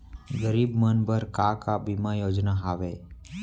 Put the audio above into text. गरीब मन बर का का बीमा योजना हावे?